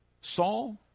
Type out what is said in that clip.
Saul